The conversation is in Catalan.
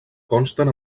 consten